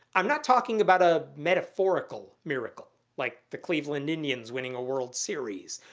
i'm not talking about a metaphorical miracle like the cleveland indians winning a world series,